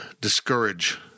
discourage